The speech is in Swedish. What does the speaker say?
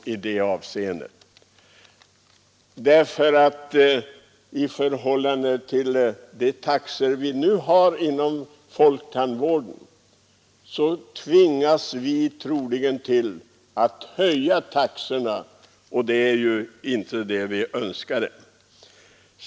Annars tvingas man förmodligen att höja de nuvarande taxorna inom folktandvården — och det var ju inte detta vi hade önskat.